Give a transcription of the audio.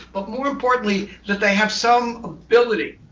but more importantly that they have some ability.